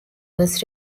was